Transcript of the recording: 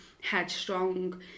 headstrong